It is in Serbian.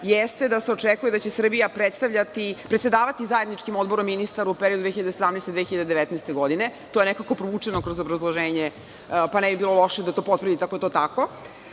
jeste da se očekuje da će Srbija predsedavati zajedničkim odborom ministara u periodu od 2017. do 2019. godine, to je nekako provučeno kroz obrazloženje, pa ne bi bilo loše da to potvrdite ako je tako.